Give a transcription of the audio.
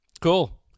Cool